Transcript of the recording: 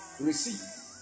receive